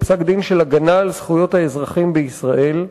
הוא פסק-דין של הגנה על זכויות האזרחים בישראל,